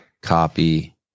copy